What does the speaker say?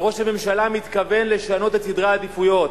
וראש הממשלה מתכוון לשנות את סדרי העדיפויות.